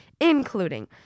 including